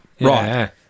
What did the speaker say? right